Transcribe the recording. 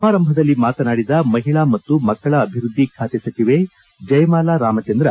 ಸಮಾರಂಭದಲ್ಲಿ ಮಾತನಾಡಿದ ಮಹಿಳಾ ಮತ್ತು ಮಕ್ಕಳ ಅಭಿವೃದ್ದಿ ಖಾತೆ ಸಚಿವೆ ಜಯಮಾಲಾ ರಾಮಚಂದ್ರ